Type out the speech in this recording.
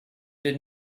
did